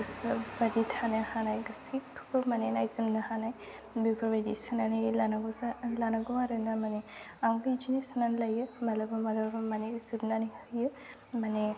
गोसो बायदि थानो हानाय गासैखौबो माने नायजोबनो हानाय बेफोरबायदि सोनानै लानांगौ आरोना माने आंबो बिदिनो सोनानै लायो माब्लाबा माब्लाबा माने जोबनानै होयो माने